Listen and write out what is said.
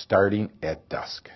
starting at dusk